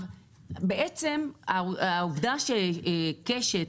העובדה שקשת,